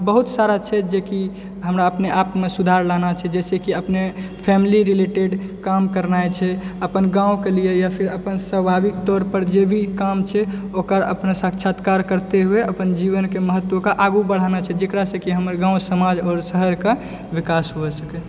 बहुत सारा छै जेकि हमरा अपने आप मे सुधार लाना छै जाहिसॅं कि अपने फैमिली रिलेटेड काम करनाइ छै अपन गाॅंव के लिय या फिर अपन स्वाभाविक तौर पर जे भी काम छै ओकर अपने साक्षात्कार करते हुए अपन जीवन के महत्व के आगू बढाना छै जेकरा से कि हमर गाॅंव समाज आओर शहर के विकास होए सकय